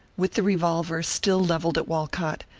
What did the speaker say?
with the revolver still levelled at walcott,